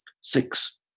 six